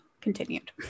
continued